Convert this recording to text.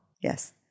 Yes